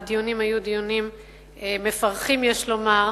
הדיונים היו מפרכים, יש לומר,